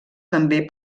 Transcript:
també